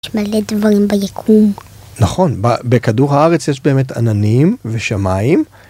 יש מלא דברים ביקום נכון, בכדור הארץ יש באמת עננים, ושמיים,